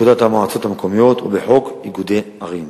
בפקודת המועצות המקומיות ובחוק איגודי ערים.